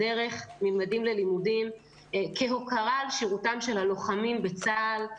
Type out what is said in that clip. "ממדים ללימודים" לדרך כהוקרה על שירותם של הלוחמים בצה"ל.